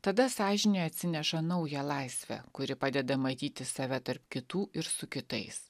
tada sąžinė atsineša naują laisvę kuri padeda matyti save tarp kitų ir su kitais